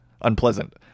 unpleasant